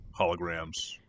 holograms